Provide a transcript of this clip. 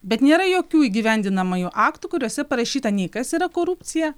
bet nėra jokių įgyvendinamųjų aktų kuriuose parašyta nei kas yra korupcija